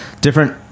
different